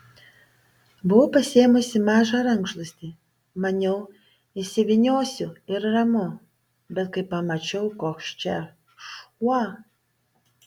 buvau pasiėmusi mažą rankšluostį maniau įsivyniosiu ir ramu bet kai pamačiau koks čia šuo